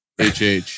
HH